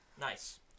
nice